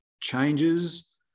changes